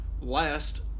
last